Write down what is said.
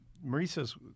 Marisa's